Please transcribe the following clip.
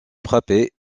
frappé